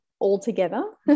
altogether